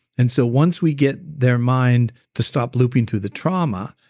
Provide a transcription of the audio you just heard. and so once we get their mind to stop looping through the trauma,